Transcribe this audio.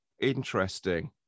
interesting